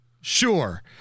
Sure